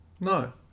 no